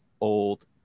old